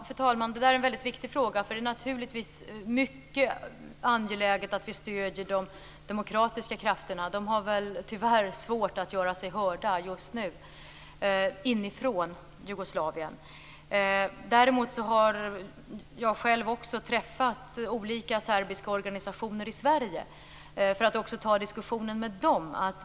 Fru talman! Det där är en mycket viktig fråga. Det är naturligtvis mycket angeläget att vi stöder de demokratiska krafterna, som väl tyvärr har svårt att göra sig hörda just nu, inifrån Jugoslavien. Själv har jag träffat olika serbiska organisationer i Sverige för att ta diskussionen också med dem.